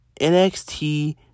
NXT